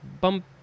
Bump